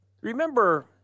Remember